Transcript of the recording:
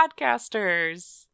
podcasters